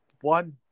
one